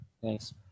Thanks